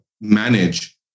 manage